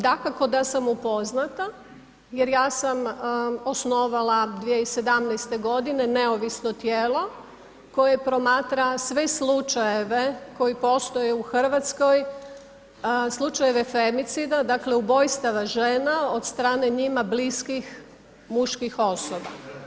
Dakako da sam upoznata jer ja sam osnovala 2017. g. neovisno tijelo koje promatra sve slučajeve koji postoje u Hrvatskoj, slučajeve femicida, dakle ubojstva žena od strane njima bliskih muških osoba.